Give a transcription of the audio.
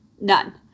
None